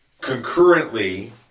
concurrently